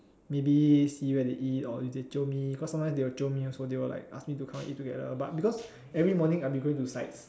maybe see where they eat or if they jio me cause sometimes they will jio me also they will like ask me to come and eat together but because every morning I'll be going to